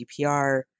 GDPR